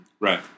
Right